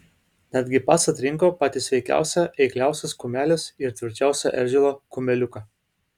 netgi pats atrinko patį sveikiausią eikliausios kumelės ir tvirčiausio eržilo kumeliuką